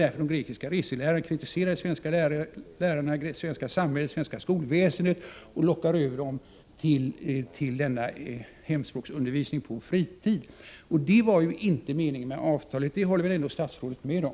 Det beror alltså på att de grekiska reselärarna kritiserar de svenska lärarna, det svenska samhället och det svenska skolväsendet samt lockar över barnen till denna hemspråksundervisning på fritid. Detta var ju inte meningen med avtalet. Det håller väl ändå statsrådet med om?